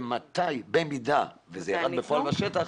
אם הן הורדו לשטח,